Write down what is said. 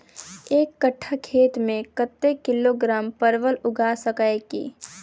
एक कट्ठा खेत मे कत्ते किलोग्राम परवल उगा सकय की??